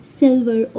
silver